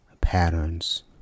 patterns